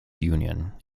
union